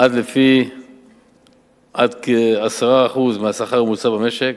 עד לפי-עשרה מהשכר הממוצע במשק,